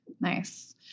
Nice